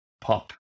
pop